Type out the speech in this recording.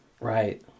Right